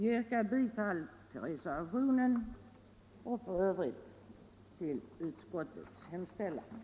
Jag yrkar bifall till reservationen.